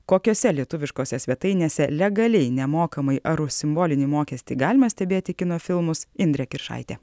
kokiose lietuviškose svetainėse legaliai nemokamai ar už simbolinį mokestį galima stebėti kino filmus indrė kiršaitė